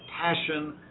passion